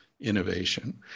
innovation